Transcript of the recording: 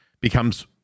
becomes